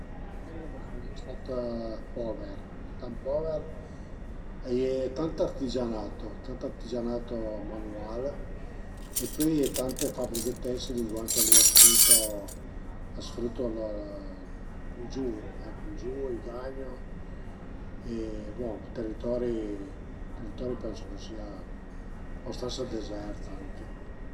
Sicürament zura ël sofà, ël sofà al e pi comud, però sa ie nen la pusibilità dë setese li zura, ne cadreghe ne sufà anche për tera, zura ün scalin davanti a ca al e istes, l'impurtant al e setese ogni tant, comuncue, a va bin a va bin anche për tera